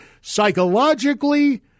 psychologically